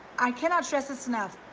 i cannot stress this enough,